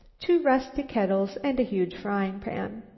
two rusty kettles and a huge frying-pan.